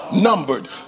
Numbered